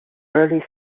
early